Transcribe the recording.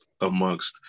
amongst